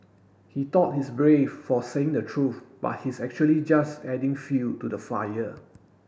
he thought he's brave for saying the truth but he's actually just adding fuel to the fire